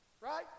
Right